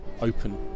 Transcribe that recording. open